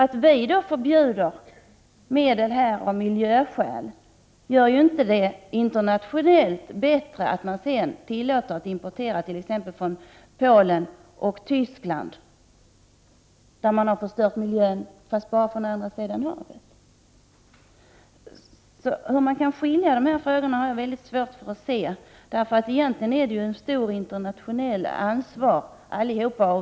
Om vi förbjuder medel av miljöskäl, blir det inte bättre om vi tillåter import från Polen och Tyskland, där man förstört miljön — låt vara att dessa länder ligger på andra sidan havet. Hur man alltså kan skilja dessa frågor har jag mycket svårt att inse. Egentligen har vi alla stort internationellt ansvar.